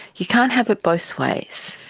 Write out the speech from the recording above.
you can't have it both ways.